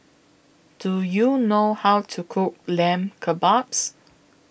Do YOU know How to Cook Lamb Kebabs